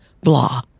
blah